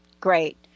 Great